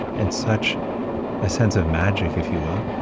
and such a sense of magic, if you will,